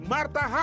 Marta